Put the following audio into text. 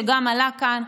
שגם עלה כאן,